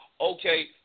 okay